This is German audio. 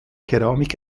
keramik